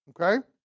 Okay